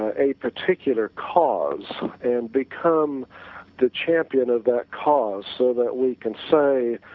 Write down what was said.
a particular cause and become the champion of that cause, so that we can say,